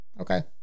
okay